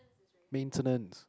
maintenance